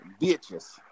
bitches